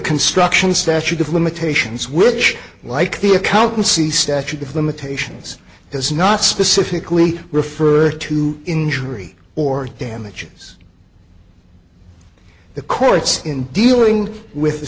construction statute of limitations which like the accountancy statute of limitations has not specifically referred to injury or damages the courts in dealing with the